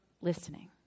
listening